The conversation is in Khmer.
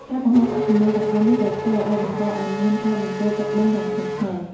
ការបង្ហូរកាកសំណល់ទាំងអស់នេះដោយផ្ទាល់ អាចបង្កឱ្យមានការបំពុលទឹកបឹងយ៉ាងធ្ងន់ធ្ងរ។